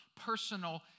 personal